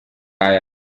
tire